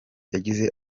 yagize